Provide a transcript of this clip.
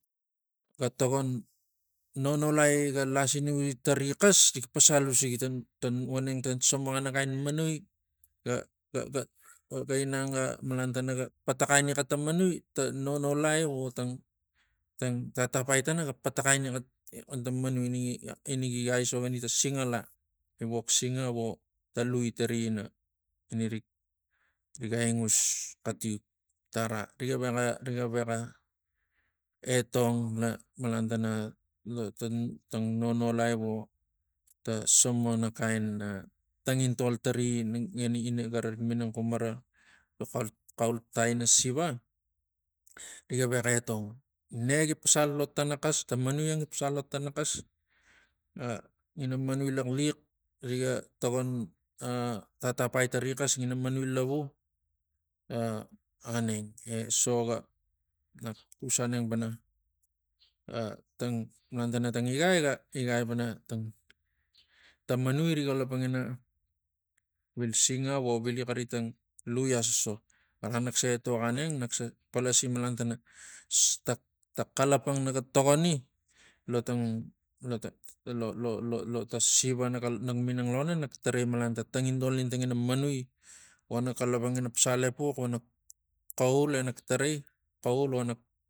Ga togon nonolai ga lasinugi tarikas rik pasal usigi tang tang voneng tang sobuxan kain manui ga- ga- ga- ga inang ga malan tana ga pataxai ini xak tang manui ta nonolai votang tang tatapai tana ga pataxai ini xak tang manui ina gi- gi aisok in singa la gi wok singa vo ta lui tari ina- ina- ina rik riga ingus xatiut tar ariga veka riga veka etong na malantana tang tang ronolai vo ta somono kain ah tangintol tari ina gara rik minang xum gara lo xulatai ina siva riga vexa etong negi pasal lo tana xas ta manui ag gi pasal lo tana xas ah ngina manji laxliax riga takon tatapai tari xas ngina manui lavu ah aneng eso ga nak xus angeng pana ah tang malantana tang ngai ga igai pana tang la manui rik xalapang ina vili singa vo vili xaritang lui asoso? Gava nak se etok aneng nak se palasi malantana ta- ta xalapang naga to kon lo tang lo tang lo- lo- lo lo ta siva naga minang lono mak tarai tang tangintol ina tangina manui vonak xalapang pasal epux vonak xaul enak tarai xaul nak